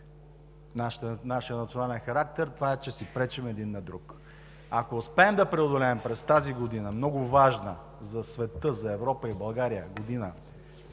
нашия национален характер е, че си пречим един на друг. Ако успеем да преодолеем през тази много важна за света, Европа и България година